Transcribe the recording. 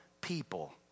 people